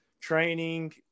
training